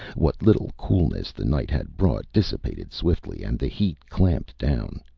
what little coolness the night had brought dissipated swiftly and the heat clamped down,